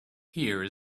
here